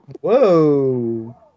Whoa